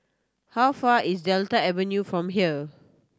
how far is Delta Avenue from here